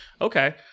Okay